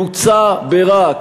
יוצא ברע.